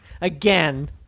Again